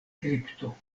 kripto